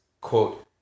quote